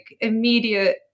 immediate